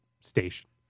station